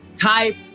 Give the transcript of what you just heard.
type